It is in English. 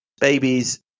babies